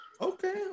Okay